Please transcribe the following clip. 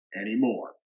anymore